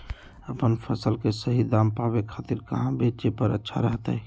अपन फसल के सही दाम पावे खातिर कहां बेचे पर अच्छा रहतय?